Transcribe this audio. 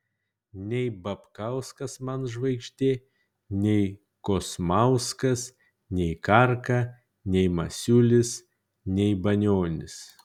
nei babkauskas man žvaigždė nei kosmauskas nei karka nei masiulis nei banionis